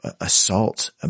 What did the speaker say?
assault